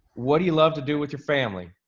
what do you love to do with your family?